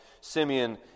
Simeon